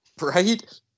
Right